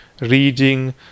reading